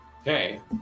Okay